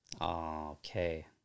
Okay